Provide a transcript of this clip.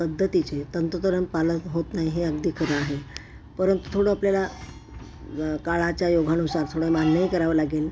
पद्धतीचे तंतोतंत पालन होत नाही हे अगदी खरं आहे परंतु थोडं आपल्याला काळाच्या योगानुसार थोडं मान्यही करावं लागेल